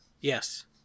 Yes